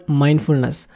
mindfulness